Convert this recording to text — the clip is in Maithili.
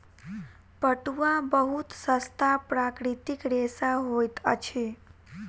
पटुआ बहुत सस्ता प्राकृतिक रेशा होइत अछि